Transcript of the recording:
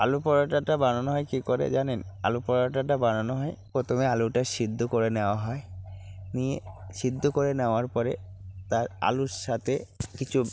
আলু পরোটাটা বানানো হয় কী করে জানেন আলু পরোটাটা বানানো হয় প্রথমে আলুটা সিদ্ধ করে নেওয়া হয় নিয়ে সিদ্ধ করে নেওয়ার পরে তার আলুর সাথে কিছু